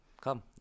Come